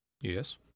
Yes